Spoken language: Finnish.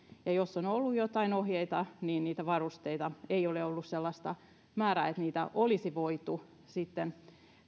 ja jos on ollut jotain ohjeita niin niitä varusteita ei ole ollut sellaista määrää että niitä ohjeita olisi voitu sitten